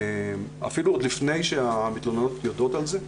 אפילו עוד לפני שהמתלוננות יודעות על כך.